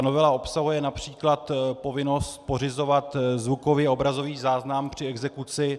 Novela obsahuje například povinnost pořizovat zvukový a obrazový záznam při exekuci.